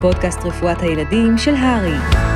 פודקאסט רפואת הילדים של הארי.